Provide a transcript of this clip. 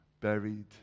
buried